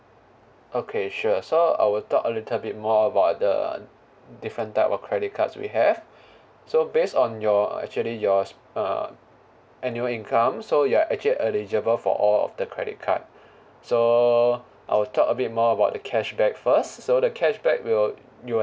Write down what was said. okay sure so I will talk a little bit more about the different type of credit cards we have so based on your actually your s~ uh annual income so you are actually eligible for all of the credit card so I will talk a bit more about the cashback first so the cashback will you